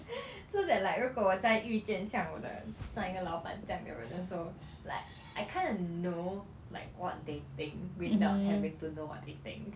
so that like 如果我再遇见像我的上一个老板这样的人的时候 like I kinda know like what they think without having to know what they think